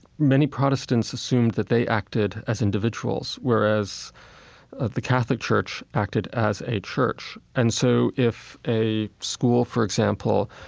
many protestants assumed that they acted as individuals, whereas the catholic church acted as a church. and so if a school, for example,